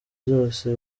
zose